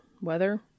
Weather